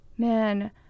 Man